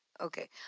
Okay